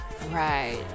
Right